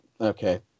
Okay